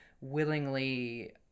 willingly